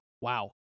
Wow